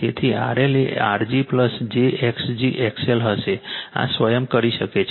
તેથી RL એ R g j X g XL હશે આ સ્વયં કરી શકે છે